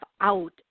out